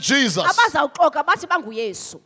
Jesus